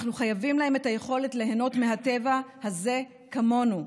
אנחנו חייבים להם את היכולת ליהנות מהטבע הזה כמונו,